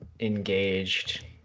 engaged